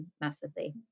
massively